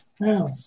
Now